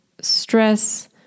stress